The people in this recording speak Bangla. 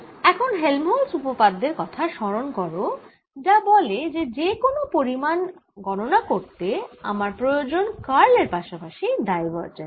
এখন হেল্মহোল্টজ উপপাদ্যের কথা স্মরণ কর যা বলে যে যে কোনও পরিমাণ গণনা করতে আমার প্রয়োজন কার্ল এর পাশাপাশি ডাইভার্জেন্সও